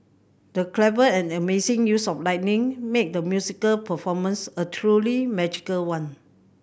the clever and amazing use of lighting made the musical performance a truly magical one